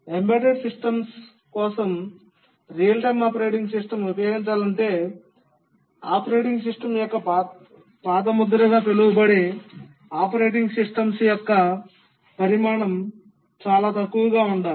embedded systems కోసం real time operating system ఉపయోగించాలంటే operating systems యొక్క పాదముద్ర గా పిలువబడే ఆపరేటింగ్ సిస్టమ్స్ యొక్క పరిమాణం చాలా తక్కువగా ఉండాలి